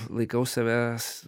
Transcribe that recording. laikau savęs